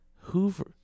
Hoover